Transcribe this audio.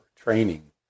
training